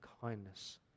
kindness